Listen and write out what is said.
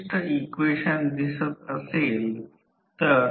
Re Xe आणि R c दिलेला 600 Ohm